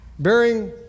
bearing